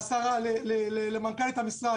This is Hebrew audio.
למנכ"לית המשרד.